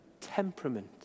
temperament